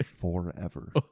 forever